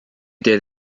teed